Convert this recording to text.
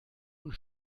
und